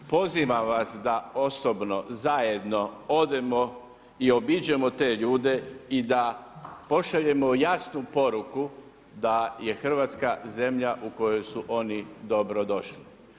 Pozivam vas da osobno zajedno odemo i obiđemo te ljude i da pošaljemo jasnu poruku da je Hrvatska zemlja u kojoj su oni dobrodošli.